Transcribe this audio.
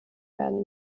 werden